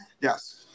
Yes